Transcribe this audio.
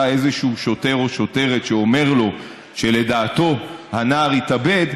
איזשהו שוטר או שוטרת שאומר לו שלדעתו הנער התאבד,